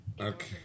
Okay